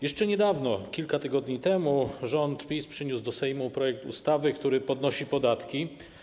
Jeszcze niedawno, kilka tygodni temu, rząd PiS przyniósł do Sejmu projekt ustawy, który podnosi podatki.